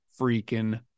freaking